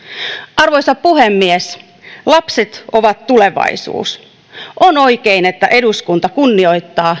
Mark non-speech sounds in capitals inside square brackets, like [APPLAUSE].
arvoisa puhemies lapset ovat tulevaisuus on oikein että eduskunta kunnioittaa [UNINTELLIGIBLE]